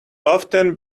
often